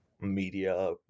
media